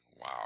Wow